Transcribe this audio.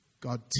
God